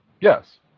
Yes